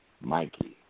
Mikey